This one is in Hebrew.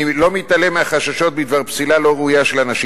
אני לא מתעלם מהחששות בדבר פסילה לא ראויה של אנשים,